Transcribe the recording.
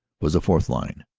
was a fourth line,